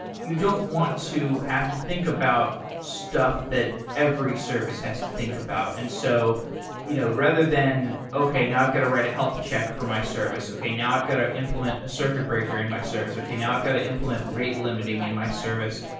you don't want to have to think about stuff that every service has to think about. and so you know rather than, okay, now i've got to write a health check for my service, okay, now i've got to implement a circuit breaker in my service, okay, now i've got to implement rate limiting in my service,